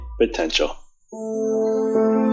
potential